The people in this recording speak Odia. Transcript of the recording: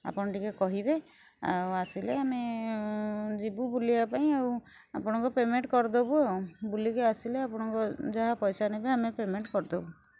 ଆପଣ ଟିକେ କହିବେ ଆଉ ଆସିଲେ ଆମେ ଯିବୁ ବୁଲିବା ପାଇଁ ଆଉ ଆପଣଙ୍କ ପେମେଣ୍ଟ୍ କରିଦେବୁ ଆଉ ବୁଲିକି ଆସିଲେ ଆପଣଙ୍କ ଯାହା ପଇସା ନେବେ ଆମେ ପେମେଣ୍ଟ୍ କରିଦେବୁ